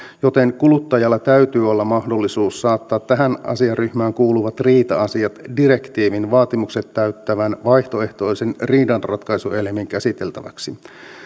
joten kuluttajalla täytyy olla mahdollisuus saattaa tähän asiaryhmään kuuluvat riita asiat direktiivin vaatimukset täyttävän vaihtoehtoisen riidanratkaisuelimen käsiteltäväksi